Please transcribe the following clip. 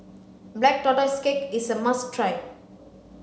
black tortoise cake is a must try